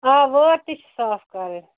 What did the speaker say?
آ وٲر تہِ چھِ صاف کَرٕنۍ